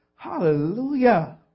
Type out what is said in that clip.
Hallelujah